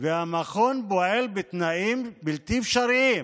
והמכון פועל בתנאים בלתי אפשריים.